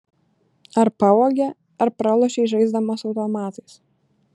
ar pavogė ar pralošei žaisdamas automatais